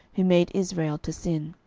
who made israel to sin.